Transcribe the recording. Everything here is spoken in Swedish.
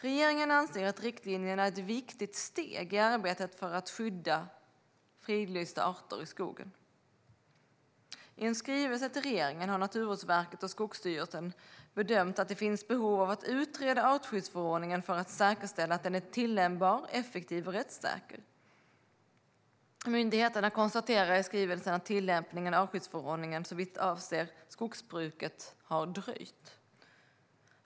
Regeringen anser att riktlinjerna är ett viktigt steg i arbetet för att skydda fridlysta arter i skogen. I en skrivelse till regeringen har Naturvårdsverket och Skogsstyrelsen bedömt att det finns behov av att utreda artskyddsförordningen för att säkerställa att den är tillämpbar, effektiv och rättssäker . Myndigheterna konstaterar i skrivelsen att tillämpningen av artskyddsförordningen såvitt avser skogsbruket har dröjt.